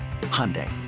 Hyundai